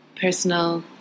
personal